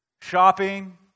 shopping